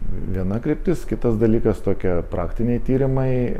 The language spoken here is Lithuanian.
viena kryptis kitas dalykas tokie praktiniai tyrimai